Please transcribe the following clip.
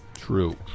True